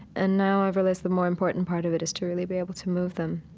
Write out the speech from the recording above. and now i've realized the more important part of it is to really be able to move them.